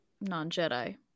non-Jedi